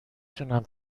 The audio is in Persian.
تونم